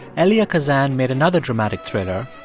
elia kazan made another dramatic thriller,